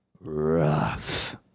rough